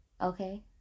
Okay